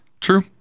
True